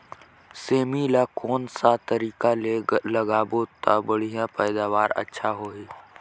सेमी ला कोन सा तरीका ले लगाबो ता बढ़िया पैदावार अच्छा होही?